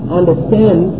understand